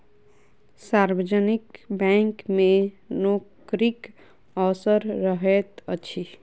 सार्वजनिक बैंक मे नोकरीक अवसर रहैत अछि